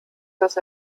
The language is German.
das